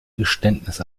geständnis